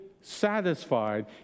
satisfied